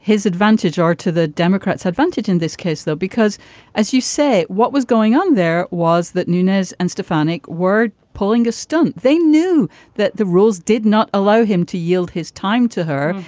his advantage or to the democrats advantage in this case, though, because as you say, what was going on there was that nunez and stefanic were pulling a stunt. they knew that the rules did not allow him to yield his time to her,